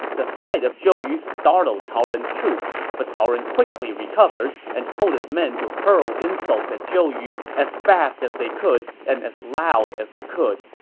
the sight of zhou yu startled cao ren's troops, but cao ren quickly recovered and told his men to hurl insults at zhou yu as fast as they could and as loud as they could.